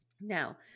Now